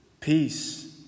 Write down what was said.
peace